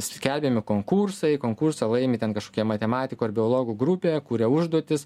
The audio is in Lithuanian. skelbiami konkursai konkursą laimi ten kažkokie matematikų ar biologų grupė kuria užduotis